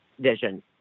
vision